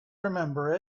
remember